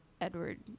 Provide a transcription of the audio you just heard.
Edward